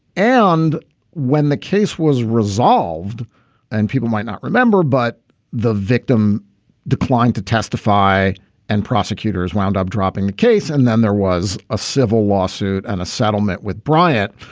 and when the case was resolved and people might not remember, but the victim declined to testify and prosecutors wound up dropping the case. and then there was a civil lawsuit and a settlement with bryant.